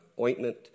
ointment